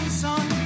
sun